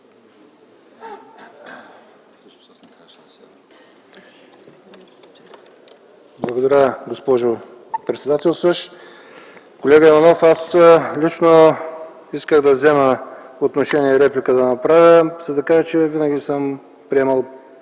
Благодаря, госпожо председателстващ. Колега Иванов, аз лично исках да взема отношение и правя реплика, за да кажа, че винаги съм приемал